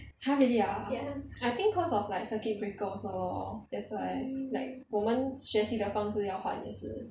!huh! really ah I think cause of like circuit breaker also lor that's why 我们学习的方式要换也是